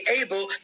able